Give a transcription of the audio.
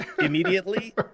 immediately